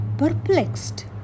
perplexed